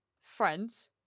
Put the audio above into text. friends